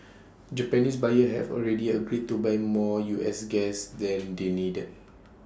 Japanese buyers have already agreed to buy more U S gas than they needed